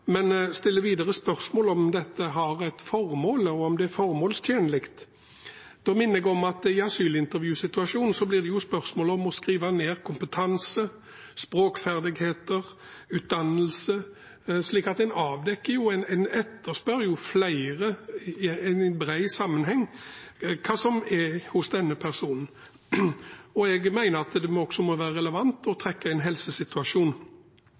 men det har ikke vært vanlig. Det var greit å høre, men hun stiller videre spørsmål om dette har et formål, og om det er formålstjenlig. Da minner jeg om at i en asylintervjusituasjon blir det spørsmål om å skrive ned kompetanse, språkferdigheter og utdannelse – en spør jo etter en rekke opplysninger vedrørende personen. Jeg mener at det også må være relevant å